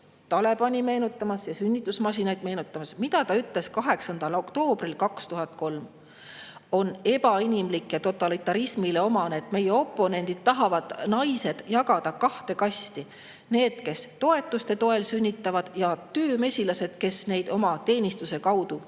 Talibani ja sünnitusmasinaid meenutamas, 8. oktoobril 2003: "On ebainimlik ja totalitarismile omane, et meie oponendid tahavad naised jagada kahte kasti: need, kes toetuste toel sünnitavad, ja töömesilased, kes neid oma teenistuse kaudu